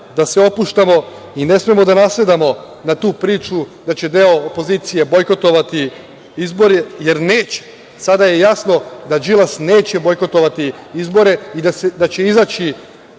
da se opuštamo i ne smemo da nasedamo na tu priču da će deo opozicije bojkotovati izbore, jer neće. Sada je jasno da Đilas neće bojkotovati izbore i da će izaći